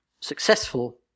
successful